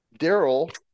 Daryl